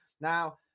Now